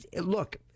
look